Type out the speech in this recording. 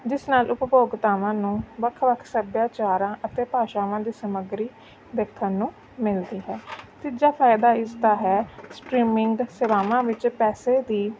ਜਿਸ ਨਾਲ ਉਪਭੋਗਤਾਵਾਂ ਨੂੰ ਵੱਖ ਵੱਖ ਸੱਭਿਆਚਾਰਾਂ ਅਤੇ ਭਾਸ਼ਾਵਾਂ ਦੀ ਸਮੱਗਰੀ ਦੇਖਣ ਨੂੰ ਮਿਲਦੀ ਹੈ ਤੀਜਾ ਫ਼ਾਇਦਾ ਇਸਦਾ ਹੈ ਸਟ੍ਰੀਮਿੰਗ ਸੇਵਾਵਾਂ ਵਿੱਚ ਪੈਸੇ ਦੀ